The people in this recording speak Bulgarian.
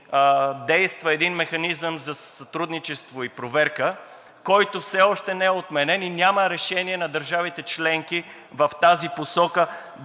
действа един механизъм за сътрудничество и проверка, който все още не е отменен и няма решение на държавите членки в тази посока